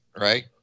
right